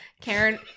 Karen